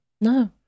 No